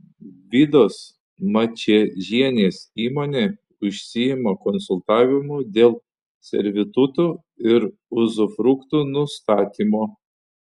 vidos mačiežienės įmonė užsiima konsultavimu dėl servitutų ir uzufruktų nustatymo